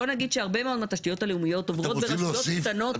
בוא נגיד שהרבה מאוד מהתשתיות הלאומיות עוברות ברשויות קטנות.